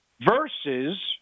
versus